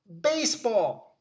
Baseball